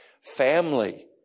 family